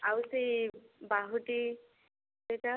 ଆଉ ସେ ବାହୁଟି ସେଇଟା